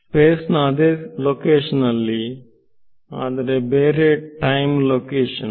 space ನ ಅದೇ location ನಲ್ಲಿ ಆದರೆ ಬೇರೆ ಟೈಮ್ ಲೊಕೇಶನ್